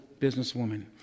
businesswoman